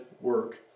work